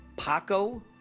Paco